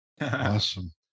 Awesome